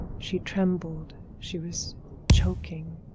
she trembled, she was choking,